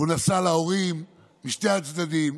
והוא נסע להורים משני הצדדים.